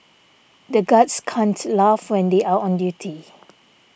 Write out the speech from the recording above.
the guards can't laugh when they are on duty